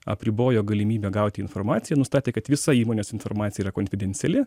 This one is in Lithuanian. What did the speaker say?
apribojo galimybę gauti informaciją nustatė kad visa įmonės informacija yra konfidenciali